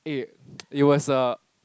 it it was a